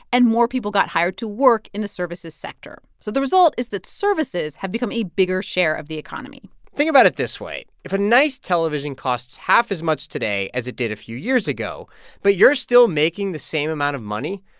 and more people got hired to work in the services sector. so the result is that services have become a bigger share of the economy think about it this way. if a nice television costs half as much today as it did a few years ago but you're still making the same amount of money,